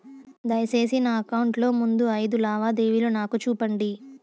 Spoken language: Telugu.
దయసేసి నా అకౌంట్ లో ముందు అయిదు లావాదేవీలు నాకు చూపండి